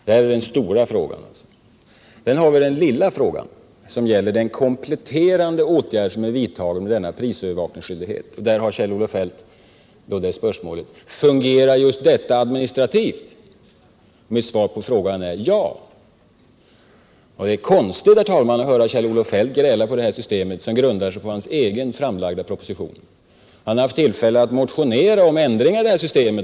Det är den stora frågan. Den lilla frågan gäller den kompletterande åtgärd som är vidtagen genom denna prisövervakningsskyldighet. Där ställde Kjell-Olof Feldt spörsmålet: Fungerar detta system administrativt? Mitt svar på den frågan är ja. Det är konstigt att höra Kjell-Olof Feldt gräla på detta system, som grundar sig på hans egen proposition. Han har också haft tillfälle att motionera om ändringar i detta system.